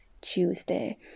Tuesday